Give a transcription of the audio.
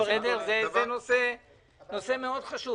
זה נושא חשוב מאוד.